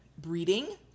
breeding